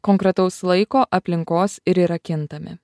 konkretaus laiko aplinkos ir yra kintami